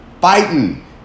fighting